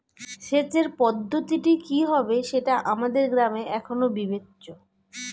সেচের পদ্ধতিটি কি হবে সেটা আমাদের গ্রামে এখনো বিবেচ্য